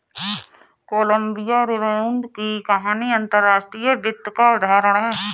Colombia rebound की कहानी अंतर्राष्ट्रीय वित्त का उदाहरण है